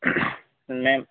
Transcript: ma'am